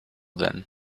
then